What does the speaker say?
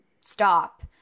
stop